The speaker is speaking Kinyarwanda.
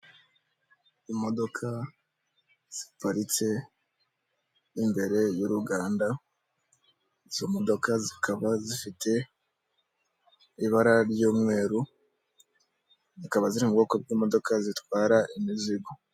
Imodoka ziparitse imbere y'uruganda, izo modoka zikaba zifite ibara ry'umweru zikaba ziri mu bwoko bw'imodoka zitwara imizigo.